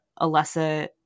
Alessa